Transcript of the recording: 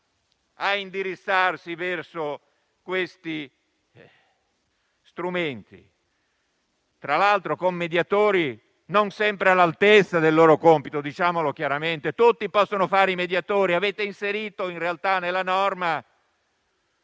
a indirizzarsi verso altri strumenti, tra l'altro con mediatori non sempre all'altezza del loro compito (diciamolo chiaramente). Tutti possono fare i mediatori: avete inserito in realtà nella norma